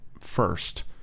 first